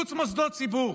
שיפוץ מוסדות ציבור